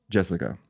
Jessica